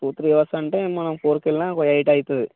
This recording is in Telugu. టూ త్రీ అవర్స్ అంటే మనం ఫోర్కి వెళ్ళినా ఒక ఎయిట్ అవుతుంది